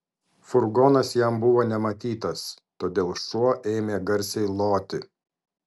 furgonas jam buvo nematytas todėl šuo ėmė garsiai loti